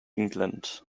england